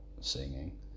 singing